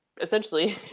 essentially